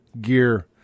Gear